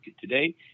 today